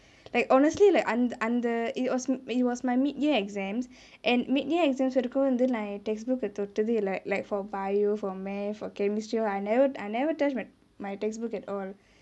like honestly like அந்த அந்த:antha antha it was my mid year exams and mid year exams வரைக்கு வந்து நா என்:varaiku vanthu naa yen textbook க்கே தொட்டதே இல்லே:ke thottethey illae like like for biology for math for chemistry all I never I never touch my textbook at all